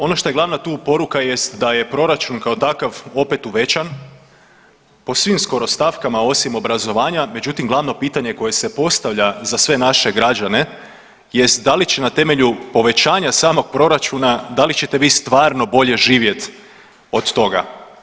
Ono šta je glavna tu poruka jest da je proračun kao takav opet uvećan po svim skoro stavkama osim obrazovanja, međutim glavno pitanje koje se postavlja za sve naše građane jest da li će na temelju povećanja samog proračuna, da li ćete vi stvarno bolje živjeti od toga?